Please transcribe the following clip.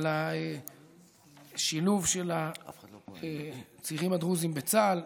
על השילוב של הצעירים הדרוזים בצה"ל.